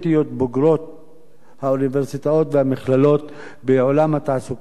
בוגרות האוניברסיטאות והמכללות בעולם התעסוקה,